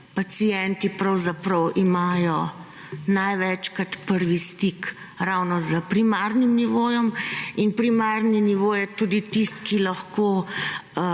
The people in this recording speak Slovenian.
pacienti pravzaprav imajo največkrat prvi stik ravno s primarnim nivojem in primarni nivo je lahko tudi tisti, ki lahko